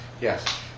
Yes